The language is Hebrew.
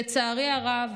לצערי הרב,